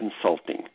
consulting